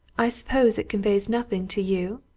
i suppose that conveys nothing to you?